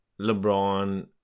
LeBron